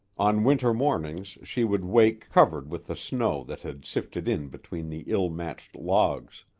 on winter mornings she would wake covered with the snow that had sifted in between the ill-matched logs.